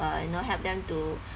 uh you know help them to